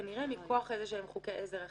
כנראה מכוח איזה שהם חוקי עזר אחרים.